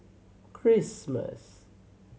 Christmas